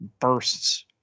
bursts